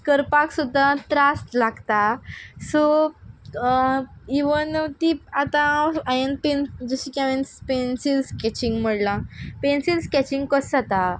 करपाक सुद्दां त्रास लागता सो इवन तीं आतां हांयेन पेन जशें की हांवेन स् पेंसिल्स स्कॅचींग म्हळ्ळां पेंसील स्कॅचींग कस जाता